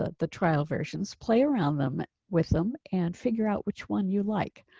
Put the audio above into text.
ah the trial versions play around them with them and figure out which one you like.